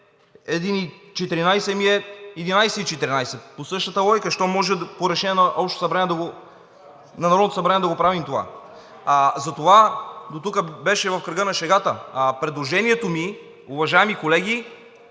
11,14. По същата логика. Щом може по решение на Народното събрание да го правим това. Дотук беше в кръга на шегата. Предложението ми, уважаеми колеги,